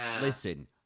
listen